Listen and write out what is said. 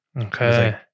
Okay